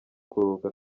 kuruhuka